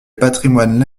patrimoine